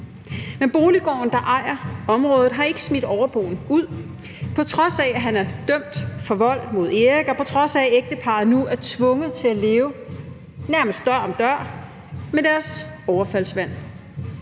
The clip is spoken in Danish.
Men Boliggården, der ejer området, har ikke smidt overboen ud, på trods af at han er dømt for vold mod Erik, og på trods af at ægteparret nu er tvunget til at leve nærmest dør om dør med deres overfaldsmand.